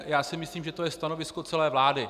Já si myslím, že to je stanovisko celé vlády.